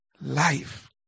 Life